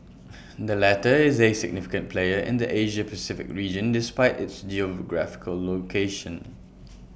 the latter is A significant player in the Asia Pacific region despite its geographical location